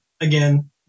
again